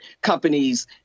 companies